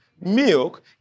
milk